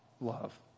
love